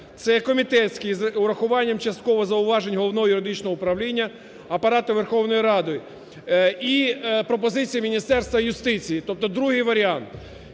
це комітетський, - з урахуванням частково зауважень Головного юридичного управління Апарату Верховної Ради. І пропозиція Міністерства юстиції, тобто другий варіант.